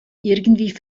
irgendwie